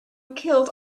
killed